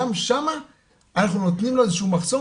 גם שמה אנחנו נותנים לו איזה שהוא מחסום